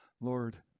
Lord